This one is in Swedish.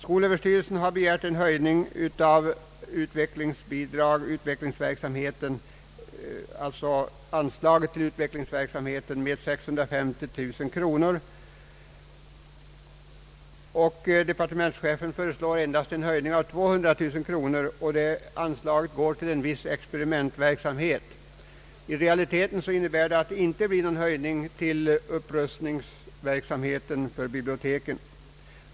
Skolöverstyrelsen har begärt en höjning av anslaget till utvecklingsverksamheten med 650 000 kronor. Departementschefen föreslog endast en höjning med 200 000 kronor, och de pengarna går till en viss experimentverksamhet. I realiteten innebär detta att det inte blir någon höjning till upprustningsverksamheten för biblioteken.